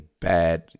bad